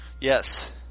Yes